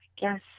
guess